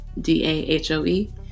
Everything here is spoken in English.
D-A-H-O-E